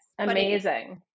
Amazing